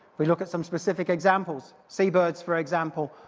we look at some specific examples, sea birds, for example,